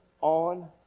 on